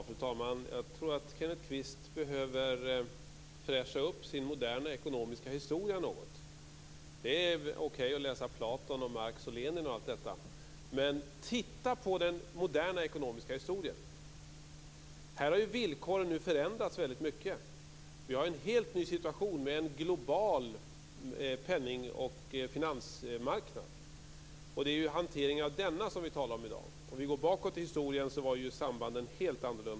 Fru talman! Jag tror att Kenneth Kvist behöver fräscha upp sin moderna ekonomiska historia något. Det är okej att läsa Platon, Marx och Lenin, men titta på den moderna ekonomiska historien! Villkoren har förändrats väldigt mycket. Vi har en helt ny situation med en global penning och finansmarknad. Det är hanteringen av denna som vi talar om i dag. Om vi går bakåt i historien var sambanden helt annorlunda.